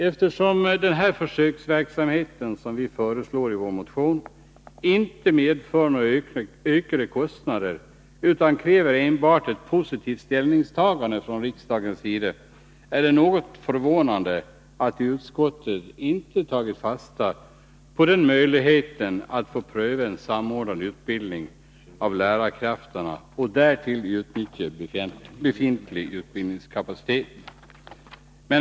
Eftersom den försöksverksamhet vi föreslår i vår motion inte medför några ökade kostnader utan enbart kräver ett positivt ställningstagande från riksdagens sida, är det något förvånande att utskottet inte tagit fasta på möjligheten att få pröva en samordnad utbildning av lärarkrafterna och därtill utnyttja befintlig utbildningskapacitet.